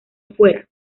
fuera